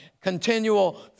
Continual